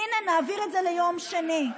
הינה, נעביר את זה ליום שני.